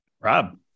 Rob